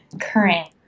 current